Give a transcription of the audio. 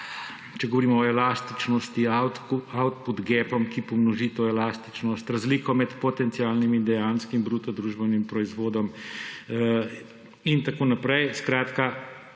če govorimo o elastičnosti, output gapom, ki pomnoži to elastičnost, razliko med potencialnim in dejanskim bruto družbenim proizvodom in tako naprej. Skratka,